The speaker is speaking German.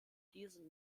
diesen